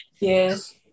Yes